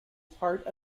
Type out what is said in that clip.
part